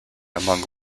among